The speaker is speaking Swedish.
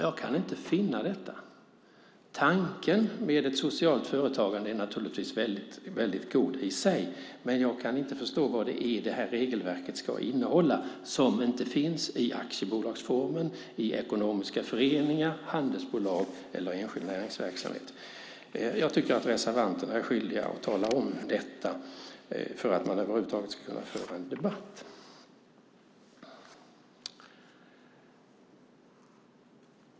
Jag kan inte finna detta. Tanken med ett socialt företagande är naturligtvis väldigt god i sig, men jag kan inte förstå vad ett sådant regelverk skulle innehålla som inte finns i aktiebolagsformen, ekonomiska föreningar, handelsbolag eller enskild näringsverksamhet. Jag tycker att reservanterna är skyldiga att tala om detta för att man över huvud taget ska kunna föra en debatt.